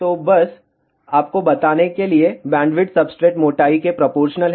तो बस आपको बताने के लिए बैंडविड्थ सब्सट्रेट मोटाई के प्रोपोर्शनल है